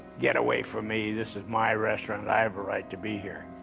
get away from me, this is my restaurant, i have a right to be here.